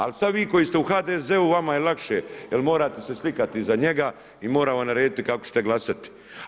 Ali sad vi koji ste u HDZ-u, vama je lakše jer morate se slikati iza njega i mora vam narediti kako ćete glasati.